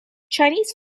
chinese